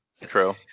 True